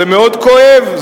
זה מאוד כואב,